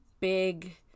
big